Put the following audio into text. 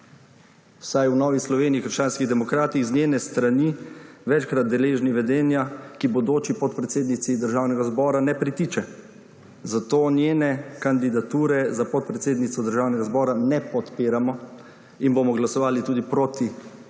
vsaj v Novi Sloveniji – krščanskih demokratih z njene strani večkrat deležni vedenja, ki bodoči podpredsednici Državnega zbora ne pritiče. Zato njene kandidature za podpredsednico Državnega zbora ne podpiramo in bomo glasovali proti